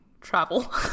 travel